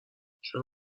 چرا